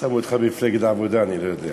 שנייה ושלישית.